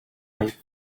pipe